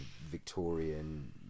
Victorian